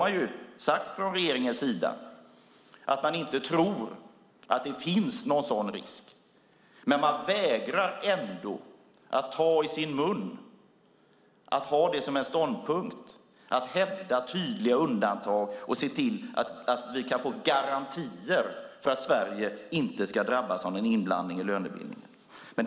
Man har från regeringens sida sagt att man inte tror att det finns någon sådan risk, men man vägrar ändå att ha som ståndpunkt att hävda tydliga undantag och se till att vi får garantier för att Sverige inte ska drabbas av någon inblandning i lönebildningen.